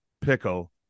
pickle